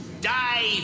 Die